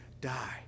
die